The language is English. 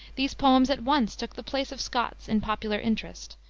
these poems at once took the place of scott's in popular interest,